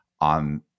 on